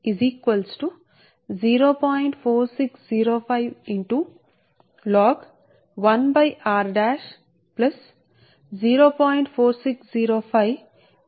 అంటే ఈ పదాన్ని అంతర్గత ప్లక్స్ రెండింటి కారణంగా ఇండక్టెన్స్ అని నిర్వచించవచ్చు మరియు మీ 1 మీటర్ వ్యాసార్థానికి కండక్టర్ 1 నుండి బాహ్యానికి బాహ్యంగా ఉంటుంది